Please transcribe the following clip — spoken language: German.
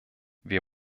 wir